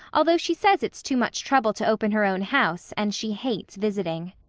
although she says it's too much trouble to open her own house, and she hates visiting.